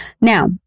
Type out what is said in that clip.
Now